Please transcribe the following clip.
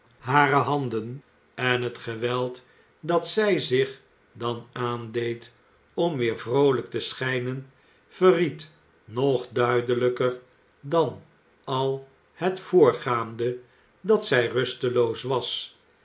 hare handen en het geweld dat zij zich dan aandeed om weer vroolijk te schijnen verried nog duidelijker dan al het voorgaande dat zij rusteloos was